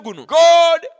God